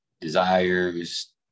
desires